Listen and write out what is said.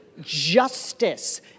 justice